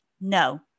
No